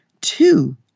two